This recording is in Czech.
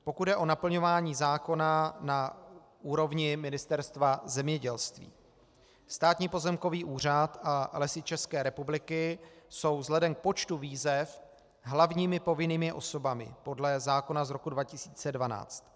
Pokud jde o naplňování zákona na úrovni Ministerstva zemědělství, Státní pozemkový úřad a Lesy České republiky jsou vzhledem k počtu výzev hlavními povinnými osobami podle zákona z roku 2012.